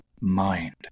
mind